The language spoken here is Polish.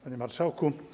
Panie Marszałku!